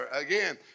again